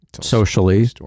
socially